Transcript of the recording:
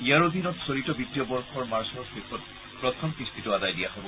ইয়াৰ অধীনত চলিত বিত্তীয় বৰ্ষৰ মাৰ্চৰ শেষত প্ৰথম কিস্তিটো আদায় দিয়া হ'ব